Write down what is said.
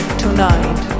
tonight